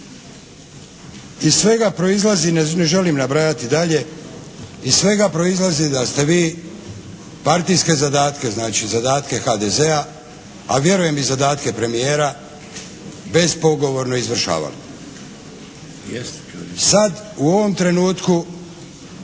Iz svega proizlazi, ne želim nabrajati dalje, da ste vi partijske zadatke, znači zadatke HDZ-a a vjerujem i zadatke premijera bespogovorno izvršavali. Sada u ovom trenutku